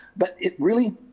but it really.